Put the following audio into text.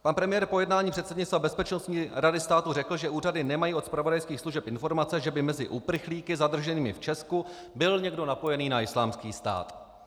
Pan premiér po jednání předsednictva Bezpečnostní rady státu řekl, že úřady nemají od zpravodajských služeb informace, že by mezi uprchlíky zadrženými v Česku byl někdo napojený na islámský stát.